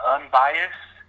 Unbiased